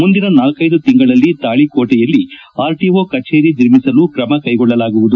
ಮುಂದಿನ ನಾಲ್ಯೈದು ತಿಂಗಳಲ್ಲಿ ತಾಳಕೋಟೆಯಲ್ಲಿ ಆರ್ಟಒ ಕಚೇರಿ ನಿರ್ಮಿಸಲು ತ್ರಮ ಕೈಗೊಳ್ಳಲಾಗುವುದು